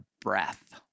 breath